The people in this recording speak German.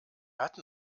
hatten